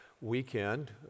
weekend